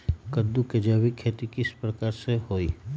कददु के जैविक खेती किस प्रकार से होई?